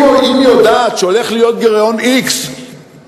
אם היא היתה יודעת שהולך להיות גירעון x או